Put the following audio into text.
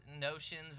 notions